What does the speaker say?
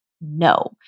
no